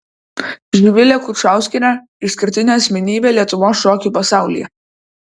živilė kučauskienė išskirtinė asmenybė lietuvos šokių pasaulyje